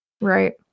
right